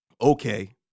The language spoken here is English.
okay